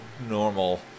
normal